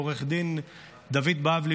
לעו"ד דוד בבלי,